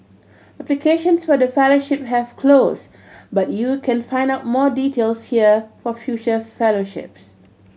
applications for the fellowship have closed but you can find out more details here for future fellowships